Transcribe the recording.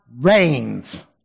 reigns